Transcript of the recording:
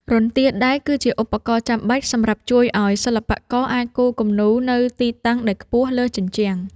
រន្ទាដែក គឺជាឧបករណ៍ចាំបាច់សម្រាប់ជួយឱ្យសិល្បករអាចគូរគំនូរនៅទីតាំងដែលខ្ពស់លើជញ្ជាំង។